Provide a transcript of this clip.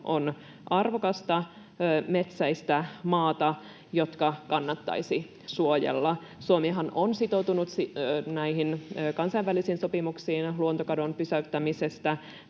on arvokasta metsäistä maata, joka kannattaisi suojella. Suomihan on sitoutunut näihin kansainvälisiin sopimuksiin luontokadon pysäyttämisestä.